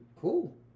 Cool